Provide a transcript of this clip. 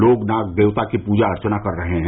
लोग नाग देवता की पूजा अर्चना कर रहे हैं